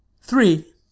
Three